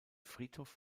friedhof